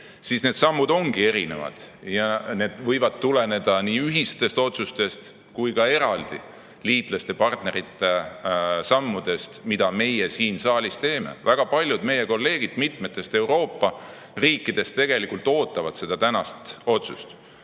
et need sammud ongi erinevad. Need võivad tuleneda nii ühistest otsustest kui ka eraldi liitlaste ja partnerite sammudest, mida meie siin saalis teeme. Väga paljud meie kolleegid mitmetest Euroopa riikidest tegelikult ootavad seda tänast otsust.